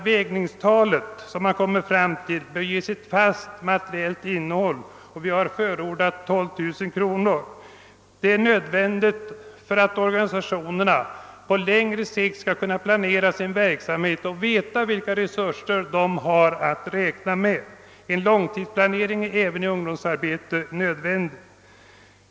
Vägningstalet bör också enligt vår åsikt ges ett fast materiellt innehåll och vi har därför föreslagit ett anslag på 12000 kronor per vägningstal. Detta är nödvändigt för att organisationerna på lång sikt skall kunna planera sin verksamhet och veta vilka resurser de har att räkna med. En långtidsplanering är nödvändig även i ungdomsarbetet.